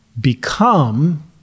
become